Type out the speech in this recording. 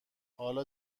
حالا